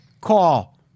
call